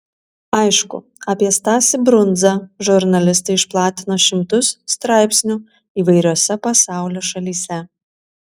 aišku apie stasį brundzą žurnalistai išplatino šimtus straipsnių įvairiose pasaulio šalyse